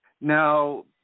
Now